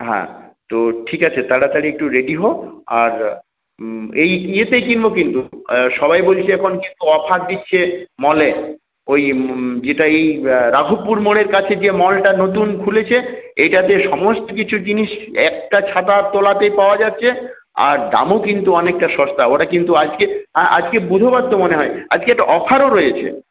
হ্যাঁ তো ঠিক আছে তাড়াতাড়ি একটু রেডি হ আর এই ইয়েতেই কিনব কিন্তু সবাই বলছে এখন কিন্তু অফার দিচ্ছে মলে ওই যেটা এই রাঘবপুর মোড়ের কাছে যে মলটা নতুন খুলেছে এইটাতে সমস্ত কিছু জিনিস একটা ছাতার তলাতে পাওয়া যাচ্ছে আর দামও কিন্তু অনেকটা সস্তা ওরা কিন্তু আজকে আজকে বুধবার তো মনে হয় আজকে তো অফারও রয়েছে